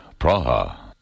Praha